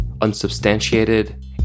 unsubstantiated